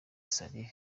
saleh